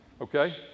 okay